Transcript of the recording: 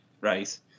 right